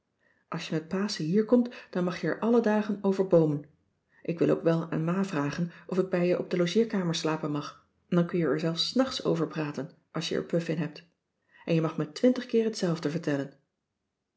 als je met paschen hierkomt dan mag je er alle dagen over boomen ik wil ook wel aan ma vragen of ik bij je op de logeerkamer slapen mag en dan kun je er zelfs s nachts over praten als je er puf in hebt en je mag me twintig keer hetzelfde vertellen